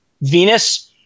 Venus